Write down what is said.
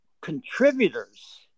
contributors